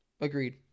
Agreed